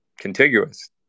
contiguous